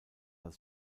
als